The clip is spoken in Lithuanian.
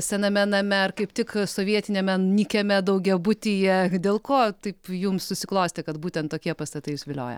sename name ar kaip tik sovietiniame nykiame daugiabutyje dėl ko taip jums susiklostė kad būtent tokie pastatai jus vilioja